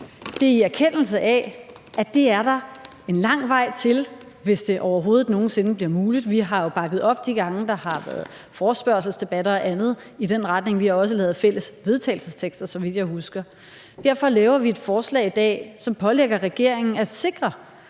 Det er i erkendelse af, at det er der lang vej til, hvis det overhovedet nogen sinde bliver muligt. Vi har jo bakket op om det, de gange der har været forespørgselsdebatter og andet i den retning. Vi har også lavet fælles forslag til vedtagelse, så vidt jeg husker. Derfor har vi dag et forslag, der pålægger regeringen i det